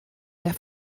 wer